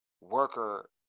worker